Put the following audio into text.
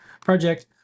project